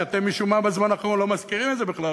שאתם משום מה בזמן האחרון לא מזכירים את זה בכלל,